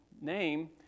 name